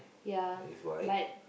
ya but